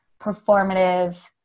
performative